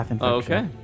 Okay